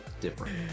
different